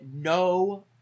no